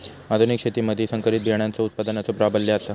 आधुनिक शेतीमधि संकरित बियाणांचो उत्पादनाचो प्राबल्य आसा